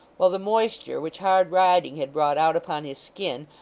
while the moisture, which hard riding had brought out upon his skin,